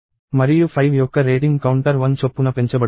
మరియు 5 యొక్క rating counter 1 చొప్పున పెంచబడుతుంది